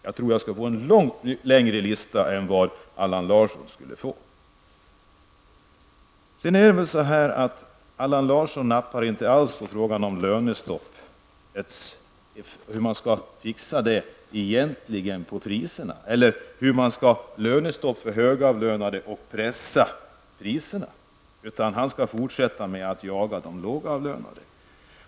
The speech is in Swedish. Jag tror att min lista skulle bli mycket längre än Allan Larssons. Allan Larsson nappade inte alls på förslaget om lönestopp för högavlönade för att därigenom pressa priserna, utan Allan Larsson tänker fortsätta att jaga de lågavlönade.